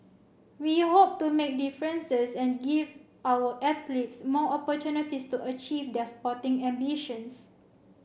we hope to make differences and give our athletes more opportunities to achieve their sporting ambitions